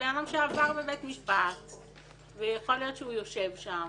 אדם שעבר בבית משפט ויכול להיות שהוא יושב שם,